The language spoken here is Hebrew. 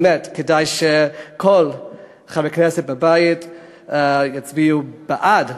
באמת כדאי שכל חברי הכנסת בבית יצביעו בעד הממשלה,